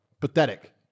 Pathetic